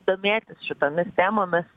domėtis šitomis temomis